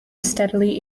steadily